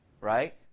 right